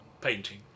painting